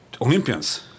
Olympians